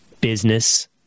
business